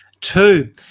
two